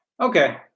Okay